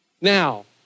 now